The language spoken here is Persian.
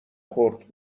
خورد